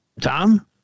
Tom